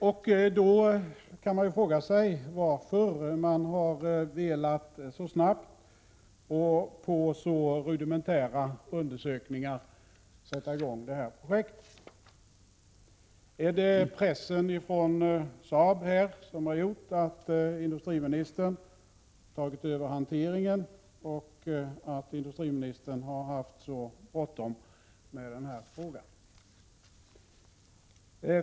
Man kan fråga sig varför industriministern har velat sätta i gång detta projekt så snabbt och på grundval av så rudimentära undersökningar. Är det pressen från Saab som har gjort att industriministern har tagit över 15 hanteringen och haft så bråttom med frågan?